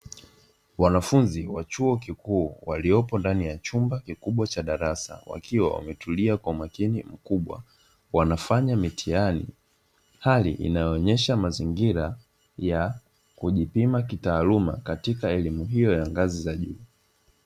Wanafunzi wa chuo kikuu waliopo ndani ya chumba kikubwa cha darasa, wakiwa wametulia kwa umakini mkubwa, wanafanya mitihani, hali inayoonyesha mazingira ya kujipima kitaaluma katika elimu hiyo ya ngazi za juu.